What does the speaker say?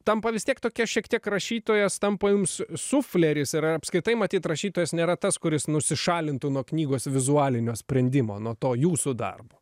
tampa vis tiek tokie šiek tiek rašytojas tampa jums sufleris ir apskritai matyt rašytojas nėra tas kuris nusišalintų nuo knygos vizualinio sprendimo nuo to jūsų darbo